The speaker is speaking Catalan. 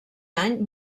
any